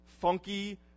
funky